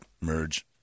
merge